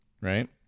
Right